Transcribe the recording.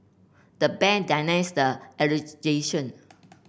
the bank denies the